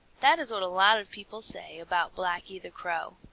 that is what a lot of people say about blacky the crow.